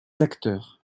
acteurs